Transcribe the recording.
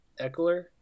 Eckler